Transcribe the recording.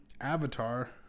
Avatar